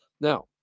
Now